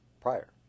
prior